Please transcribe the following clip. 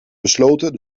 besloten